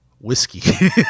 whiskey